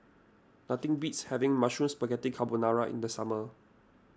nothing beats having Mushroom Spaghetti Carbonara in the summer